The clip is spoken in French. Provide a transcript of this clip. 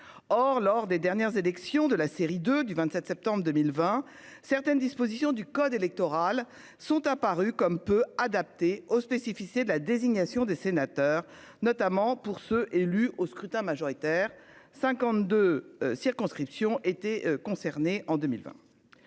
Or, lors des dernières élections de la série de du 27 septembre 2020. Certaines dispositions du code électoral sont apparus comme peu adaptées aux spécificités de la désignation des sénateurs, notamment pour ceux élus au scrutin majoritaire. 52. Circonscriptions étaient concernés en 2020.